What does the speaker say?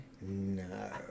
No